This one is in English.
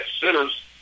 sinners